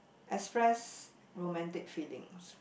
express romantic feelings